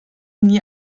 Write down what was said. nie